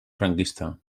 franquista